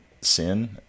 sin